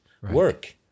work